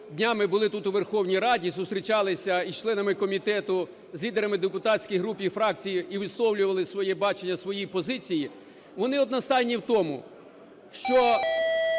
днями були тут, у Верховній Раді, зустрічалися і з членами комітету, з лідерами депутатських груп і фракцій і висловлювали своє бачення, свої позиції, вони одностайні в тому, що,